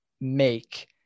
make